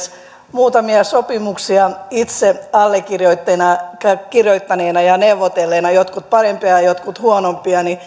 muutamia sopimuksia itse allekirjoittaneena ja neuvotelleena jotkut parempia ja ja jotkut huonompia